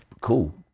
cool